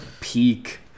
peak